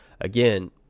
again